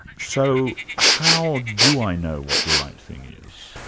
so how do i know what the right thing is?